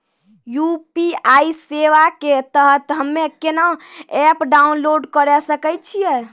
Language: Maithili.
यु.पी.आई सेवा के तहत हम्मे केना एप्प डाउनलोड करे सकय छियै?